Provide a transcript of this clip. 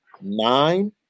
nine